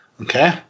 okay